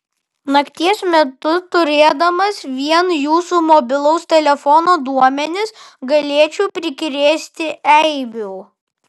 nakties metu turėdamas vien jūsų mobilaus telefono duomenis galėčiau prikrėsti eibių